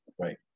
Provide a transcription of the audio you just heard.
Right